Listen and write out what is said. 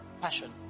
Passion